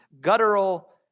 guttural